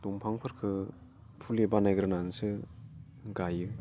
दंफांफोरखौ फुलि बानायग्रोनानैसो गायो